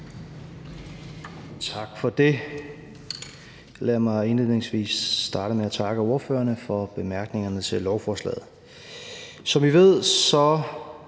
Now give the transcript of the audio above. Tak for det. Lad mig indledningsvis starte med at takke ordførerne for bemærkningerne til lovforslaget. Som I ved, pågår